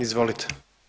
Izvolite.